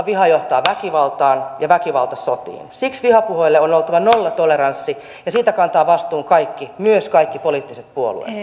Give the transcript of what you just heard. viha johtaa väkivaltaan ja väkivalta sotiin siksi vihapuheelle on oltava nollatoleranssi ja siitä kantavat vastuun kaikki myös kaikki poliittiset puolueet